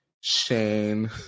Shane